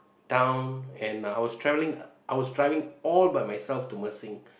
down and I was travelling I was driving all by myself to Mersing